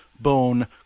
bone